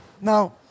Now